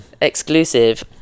exclusive